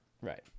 right